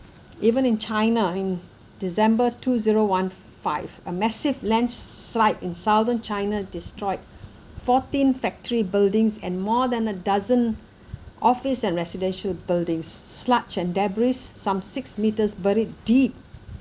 even in china in december two zero one five a massive landslide in southern china destroyed fourteen factory buildings and more than a dozen office and residential buildings sludge and debris some six metres buried deep